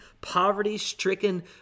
poverty-stricken